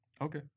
Okay